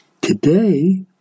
Today